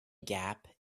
gap